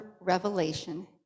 revelation